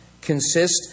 consist